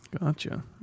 Gotcha